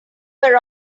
were